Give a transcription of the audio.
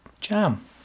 jam